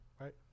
right